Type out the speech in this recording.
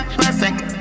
perfect